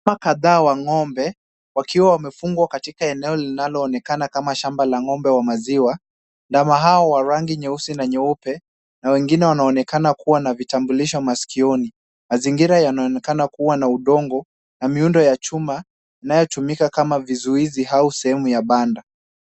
Ndama kadhaa wa ng'ombe, wakiwa wamefungwa katika eneo linaloonekana kama shamba la ng'ombe wa maziwa, ndama hao wa rangi nyeusi na nyeupe na wengine wanaonekana kuwa na vitambulisho maskioni. Mazingira yanaonekana kuwa na udongo na miundo ya chuma inayotumika kama vizuizi au sehemu ya banda.